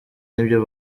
n’ibyo